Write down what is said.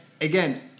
again